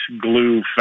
glue